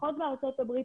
לפחות בארצות הברית,